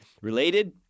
related